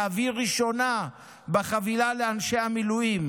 להעביר ראשונה בחבילה לאנשי המילואים,